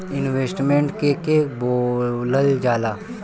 Investment के के बोलल जा ला?